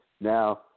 Now